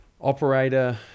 operator